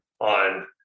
on